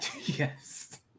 Yes